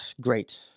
Great